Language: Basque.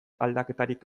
aldaketarik